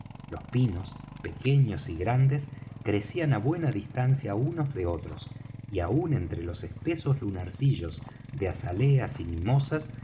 los pinos pequeños y grandes crecían á buena distancia unos de otros y aun entre los espesos lunarcillos de azaleas y mimosas